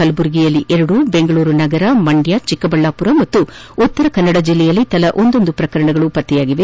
ಕಲಬುರಗಿಯಲ್ಲಿ ಎರಡು ಬೆಂಗಳೂರು ನಗರ ಮಂಡ್ಯ ಚಿಕ್ಕಬಳ್ಳಾಪುರ ಹಾಗೂ ಉತ್ತರ ಕನ್ನಡ ಜಿಲ್ಲೆಯಲ್ಲಿ ತಲಾ ಒಂದೊಂದು ಪ್ರಕರಣಗಳು ಪತ್ತೆಯಾಗಿವೆ